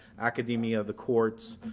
academia of the courts,